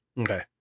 Okay